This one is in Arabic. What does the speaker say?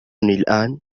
الآن